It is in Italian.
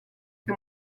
che